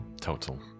total